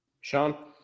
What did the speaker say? Sean